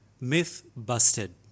myth-busted